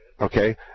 Okay